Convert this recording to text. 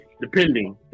Depending